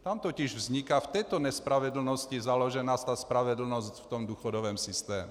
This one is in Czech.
Tam totiž vzniká v této nespravedlnosti založená ta spravedlnost v tom důchodovém systému.